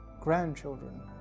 grandchildren